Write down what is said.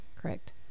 Correct